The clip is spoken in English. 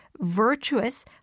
virtuous